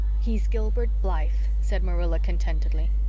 he's gilbert blythe, said marilla contentedly.